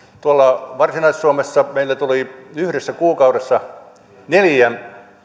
tuolla varsinais suomessa meille tuli yhdessä kuukaudessa neljä